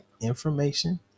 information